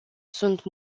sunt